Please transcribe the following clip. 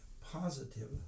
positive